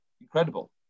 incredible